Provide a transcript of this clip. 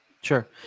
Sure